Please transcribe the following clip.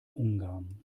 ungarn